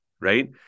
right